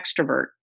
extrovert